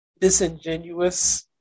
disingenuous